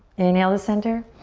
inhale to center.